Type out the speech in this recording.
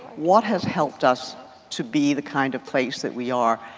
what has helped us to be the kind of place that we are?